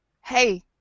Hey